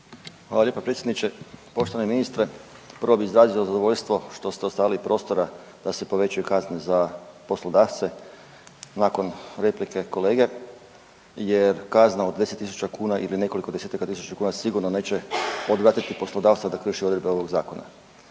Hvala lijepa predsjedniče. Poštovani ministre, prvo bih izrazio zadovoljstvo što ste ostavili prostora da se povećaju kazne za poslodavce nakon replike kolege, jer kazna od 10 000 kuna ili nekoliko desetaka tisuća kuna sigurno neće odvratiti poslodavca da krši odredbe ovog zakona.